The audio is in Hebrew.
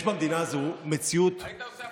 יש במדינה הזו מציאות, היית עושה הפסקה.